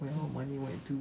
where all our money go to